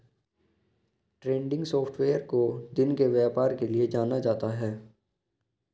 trending software को दिन के व्यापार के लिये जाना जाता है